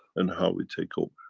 and how we take over.